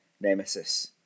Nemesis